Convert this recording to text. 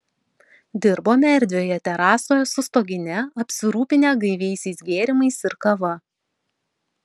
dirbome erdvioje terasoje su stogine apsirūpinę gaiviaisiais gėrimais ir kava